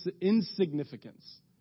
insignificance